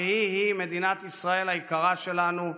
שהיא-היא מדינת ישראל היקרה שלנו,